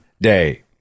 day